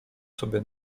sobie